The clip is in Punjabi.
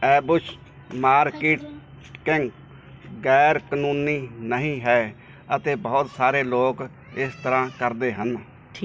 ਐਬੂਸ਼ ਮਾਰਕੀਟ ਕਿੰਗ ਗ਼ੈਰ ਕਾਨੂੰਨੀ ਨਹੀਂ ਹੈ ਅਤੇ ਬਹੁਤ ਸਾਰੇ ਲੋਕ ਇਸ ਤਰ੍ਹਾਂ ਕਰਦੇ ਹਨ